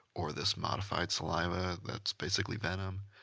or this modified saliva that's basically venom,